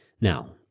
Now